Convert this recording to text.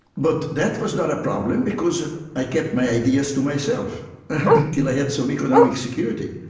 but that was not a problem because i kept my ideas to myself until i had some economic security.